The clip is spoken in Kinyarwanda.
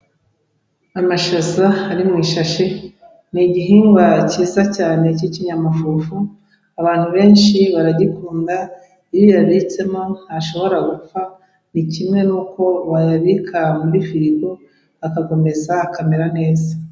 Amashaza ari mu ishashi ni igihigwa cyiza cyane cy'ikinyamafufu abantu benshi baragikunda, iyo uyabitsemo ntashobora gupfa, ni kimwe n'uko bayabika muri firigo akava mu isaha akamera neza.